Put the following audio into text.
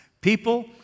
People